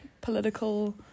political